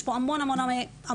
יש פה המון פעילויות.